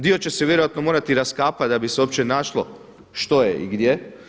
Dio će se vjerojatno morati raskapati da bi se uopće našlo što je i gdje.